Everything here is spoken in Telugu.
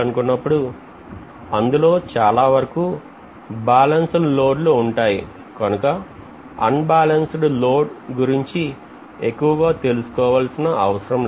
మనం 3 ఫేజ్ లోడ్ ను measure చేయాలనుకుప్పుడు అందులో చాలా వరకు బాలన్సుడ్ లోడ్ లు ఉంటాయి కనుక ఆన్బాలన్సుడ్ లోడ్ల గురించి ఎక్కువగా తెలుసుకో వలసిన అవసరం లేదు